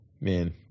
man